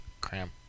Cram